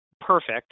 perfect